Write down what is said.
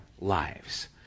lives